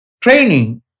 Training